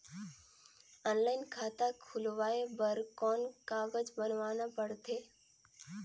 Online खाता खुलवाय बर कौन कागज बनवाना पड़थे?